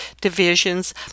divisions